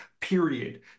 period